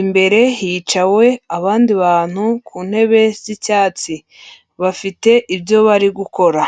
imbere hicawe abandi bantu ku ntebe z'icyatsi, bafite ibyo bari gukora.